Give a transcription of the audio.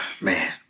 Man